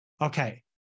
Okay